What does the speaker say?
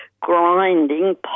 grinding